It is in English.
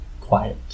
Quiet